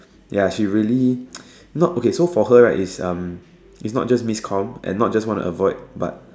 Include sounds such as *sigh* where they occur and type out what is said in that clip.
ya she really *noise* not okay so for her right is um is not just miss comm and is not just wanna avoid but